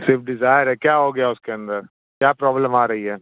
Swift Dzire है क्या हो गया उसके अंदर क्या प्रॉब्लम आ रही है